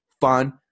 fun